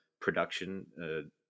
production